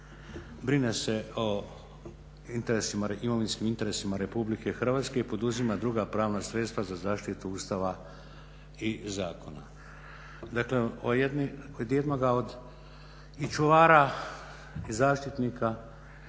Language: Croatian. o interesima imovinskim interesima RH i poduzima druga pravna sredstva za zaštitu Ustava i zakona, dakle od jednoga i čuvara i zaštitnika